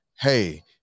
Hey